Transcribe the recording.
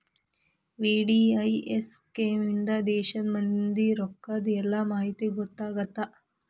VDIS scheme ಇಂದಾ ದೇಶದ್ ಮಂದಿ ರೊಕ್ಕದ್ ಎಲ್ಲಾ ಮಾಹಿತಿ ಗೊತ್ತಾಗತ್ತ